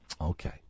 Okay